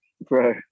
Bro